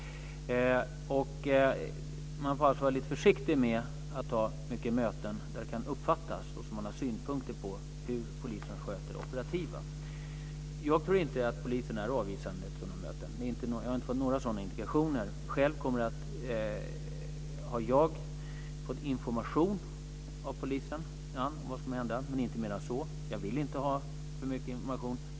Man får alltså vara lite försiktig med att ha möten där det kan uppfattas som att man har synpunkter på hur polisen sköter det operativa. Jag tror inte att polisen är avvisande till sådana möten. Jag har inte fått några sådana indikationer. Själv har jag fått information från polisen om vad som kommer att hända, men inte mer än så. Jag vill inte ha för mycket information.